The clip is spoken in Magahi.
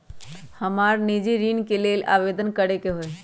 हमरा निजी ऋण के लेल आवेदन करै के हए